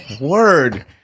Word